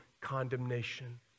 condemnation